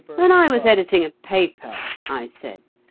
when i was editing a paper, i said,